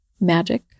magic